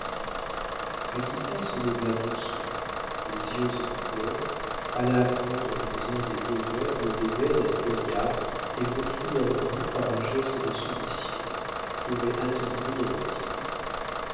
donc répondras-tu paquita se leva doucement les yeux en pleurs alla prendre dans un des deux meubles d'ébène un poignard et l'offrit à henri par un geste de soumission qui aurait attendri un tigre